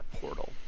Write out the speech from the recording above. portal